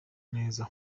neza